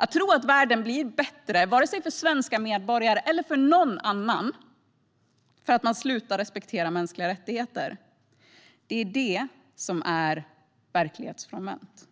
Att tro att världen blir bättre för svenska medborgare eller för någon annan för att man slutar respektera mänskliga rättigheter, det är verklighetsfrånvänt.